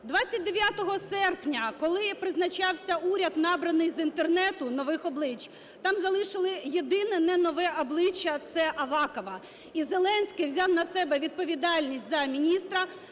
29 серпня, коли призначався уряд, набраний з Інтернету нових облич, там залишили єдине не нове обличчя – це Авакова. І Зеленський взяв на себе відповідальність за міністра,